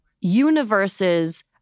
universes